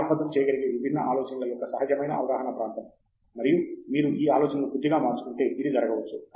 క్రమబద్ధం చేయగలిగే విభిన్న ఆలోచనల యొక్క సహజమైన అవగాహనా ప్రాంతం మరియు మీరు ఈ ఆలోచనలను కొద్దిగా మార్చుకుంటే ఇది జరగవచ్చు